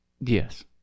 Yes